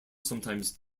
sometimes